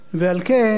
ועל כן,